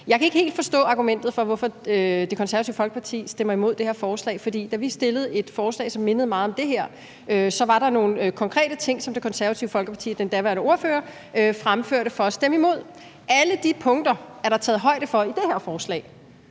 Jeg kan ikke helt forstå argumentet for, hvorfor Det Konservative Folkeparti stemmer imod det her forslag, for da vi stillede et forslag, som mindede meget om det her, var der nogle konkrete ting, som Det Konservative Folkeparti og den daværende ordfører fremførte for at stemme imod. Alle de punkter er der taget højde for i det her forslag,